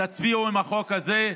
תצביעו עם החוק הזה.